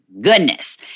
goodness